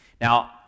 Now